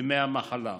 דמי המחלה.